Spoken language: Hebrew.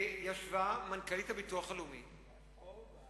יושבת הגברת מנכ"לית הביטוח הלאומי ואומרת,